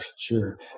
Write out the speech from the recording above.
Sure